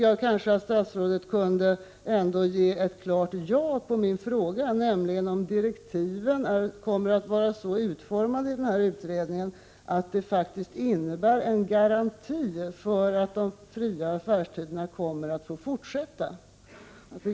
Jag tycker att statsrådet då borde kunna ge ett klart ja på min fråga, om direktiven för utredningen kommer att vara så utformade att de faktiskt innebär en garanti för att de fria affärstiderna kommer att få fortsätta.